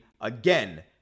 again